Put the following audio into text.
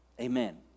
Amen